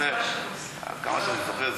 עד כמה שאני זוכר,